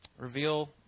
Reveal